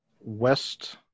west